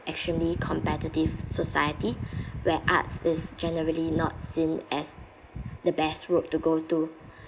extremely competitive society where arts is generally not seen as the best route to go to